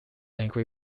angry